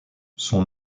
son